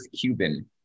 Cuban